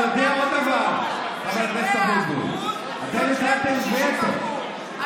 הרבה מאוד זמן וזה כבר לא כזה קרוב אליך.